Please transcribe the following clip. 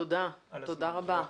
תודה רבה.